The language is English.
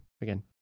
again